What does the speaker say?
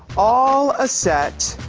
all a set.